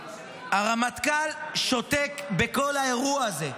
הרמטכ"ל שותק בכל האירוע הזה.